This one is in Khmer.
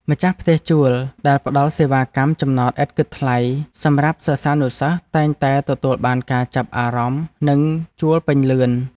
ម្ចាស់ផ្ទះជួលដែលផ្តល់សេវាកម្មចំណតឥតគិតថ្លៃសម្រាប់សិស្សានុសិស្សតែងតែទទួលបានការចាប់អារម្មណ៍និងជួលពេញលឿន។